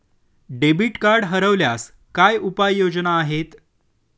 Debit card हरवल्यास काय उपाय योजना आहेत?